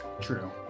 true